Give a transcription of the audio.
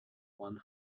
one